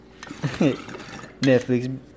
Netflix